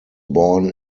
born